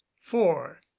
Four